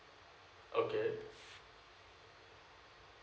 okay